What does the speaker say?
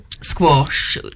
squash